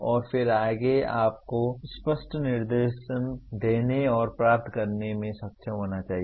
और फिर आगे आपको स्पष्ट निर्देश देने और प्राप्त करने में सक्षम होना चाहिए